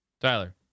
Tyler